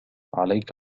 عليك